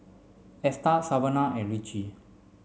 Esta Savanah and Richie